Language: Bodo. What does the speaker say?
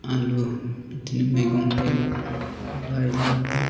आलु बिदिनो मैगं थायगं लाइ लाफा